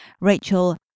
Rachel